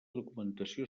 documentació